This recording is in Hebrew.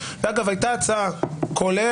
הייתה לא מזמן הצעה לעשות